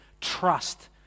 trust